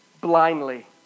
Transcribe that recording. blindly